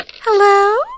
Hello